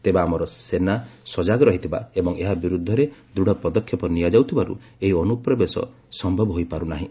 ତେବେ ଆମର ସେନା ସଜାଗ ରହିଥିବା ଏବଂ ଏହା ବିରୁଦ୍ଧରେ ଦୂଢ଼ ପଦକ୍ଷେପ ନେଉଥିବାରୁ ଏହି ଅନୁପ୍ରବେଶ ସମ୍ଭବ ହେଇପାରୁ ନାହିଁ